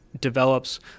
develops